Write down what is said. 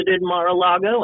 Mar-a-Lago